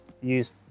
use